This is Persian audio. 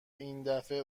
ایندفعه